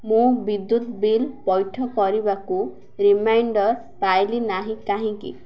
ମୁଁ ବିଦ୍ୟୁତ ବିଲ୍ ପୈଠ କରିବାକୁ ରିମାଇଣ୍ଡର୍ ପାଇଲି ନାହିଁ କାହିଁକି